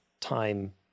time